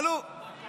אתם קובעים כל דבר.